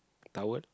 towel